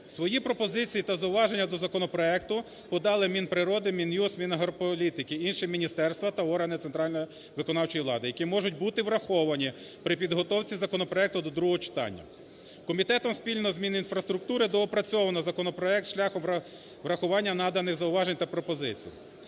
Свої пропозиції та зауваження до законопроекту подали Мінприроди, Мін'юст, Мінагрополітики, інші міністерства та органи центральної виконавчої влади, які можуть бути враховані при підготовці законопроекту до другого читання. Комітетом спільно з Мінінфраструктури доопрацьовано законопроект шляхом врахування наданих зауважень та пропозицій.